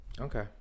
Okay